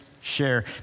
share